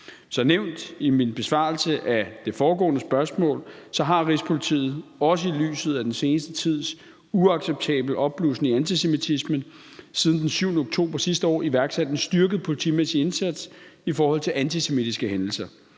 Som nævnt i min besvarelse af det foregående spørgsmål har Rigspolitiet også i lyset af den seneste tids uacceptable opblussen i antisemitisme siden den 7. oktober sidste år iværksat en styrket politimæssig indsats i forhold til antisemitiske hændelser.